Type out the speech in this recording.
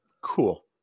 cool